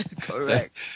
Correct